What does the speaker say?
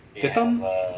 that time